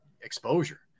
exposure